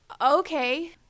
Okay